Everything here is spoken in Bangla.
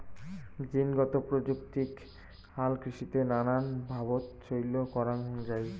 জীনগত প্রযুক্তিক হালকৃষিত নানান ভাবত চইল করাঙ যাই